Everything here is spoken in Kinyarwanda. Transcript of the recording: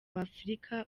w’afurika